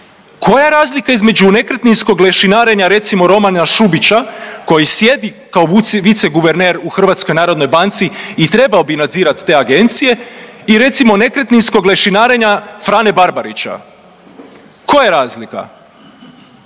koja je razlika između nekretninskog lešinarenje recimo Romana Šubića koji sjedi kao viceguverner u Hrvatskoj narodnoj banci i trebao bi nadzirati te agencije i recimo nekretninskog lešinarenja Frane Barbarića. Koja je razlika?